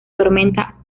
tormenta